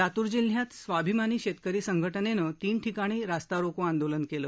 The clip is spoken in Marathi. लातूर जिल्ह्यात स्वाभिमानी शेतकरी संघटनेनं तीन ठिकाणी रास्ता रोको आंदोलन केलं